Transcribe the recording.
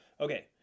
Okay